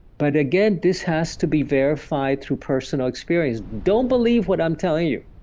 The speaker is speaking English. but again, this has to be verified through personal experience. don't believe what i'm telling you,